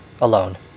Alone